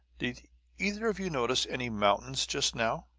did either of you notice any mountains just now?